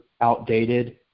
outdated